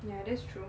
ya that's true